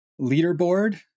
leaderboard